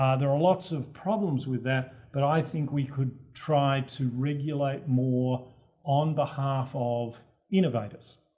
ah there are lots of problems with that, but i think we could try to regulate more on behalf of innovators,